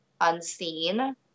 unseen